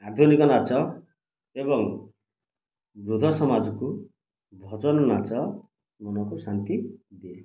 ଆଧୁନିକ ନାଚ ଏବଂ ବୃଦ୍ଧ ସମାଜକୁ ଭଜନ ନାଚ ମନକୁ ଶାନ୍ତି ଦିଏ